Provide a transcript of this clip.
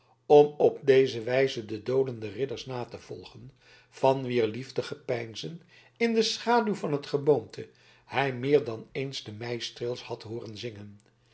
om op deze wijze de dolende ridders na te volgen van wier liefdegepeinzen in de schaduw van t geboomte hij meer dan eens de meistreels had hooren zingen